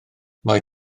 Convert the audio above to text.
mae